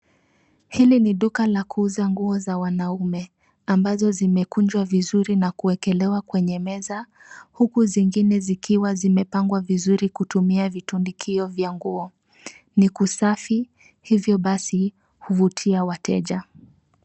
Hili ni duka la kuuza nguo za wanaume ambazo zimekunjwa vizuri na kuekelewa kwenye meza huku zingine zikiwa zimepangwa vizuri kutumia vitundikio vya nguo. Ni kusafi hivyo basi, huvutia wateja.